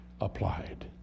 applied